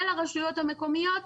ולרשויות המקומיות,